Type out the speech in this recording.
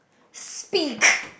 speak